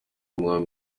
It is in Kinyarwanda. umwami